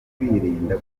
kwirinda